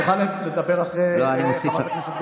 אני אוכל לדבר אחרי חברת הכנסת גוטליב?